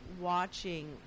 watching